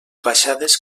baixades